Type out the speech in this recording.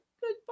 Goodbye